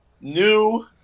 new